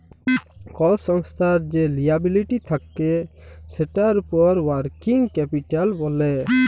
call সংস্থার যে liability থাক্যে সেটার উপর ওয়ার্কিং ক্যাপিটাল ব্যলে